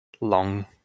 long